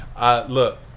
Look